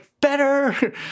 better